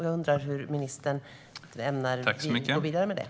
Jag undrar hur ministern ämnar gå vidare med detta.